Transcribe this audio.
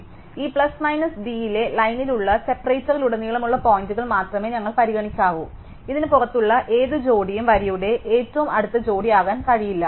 അതിനാൽ ഈ plus minus d യിലെ ലൈനിലുള്ള സെപ്പറേറ്ററിലുടനീളമുള്ള പോയിന്റുകൾ മാത്രമേ ഞങ്ങൾ പരിഗണിക്കാവൂ ഇതിന് പുറത്തുള്ള ഏത് ജോഡിയും വരിയുടെ ഏറ്റവും അടുത്ത ജോഡിയാകാൻ കഴിയില്ല